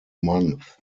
month